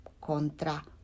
contra